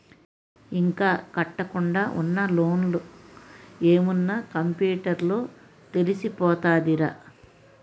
ఇంకా కట్టకుండా ఉన్న లోన్లు ఏమున్న కంప్యూటర్ లో తెలిసిపోతదిరా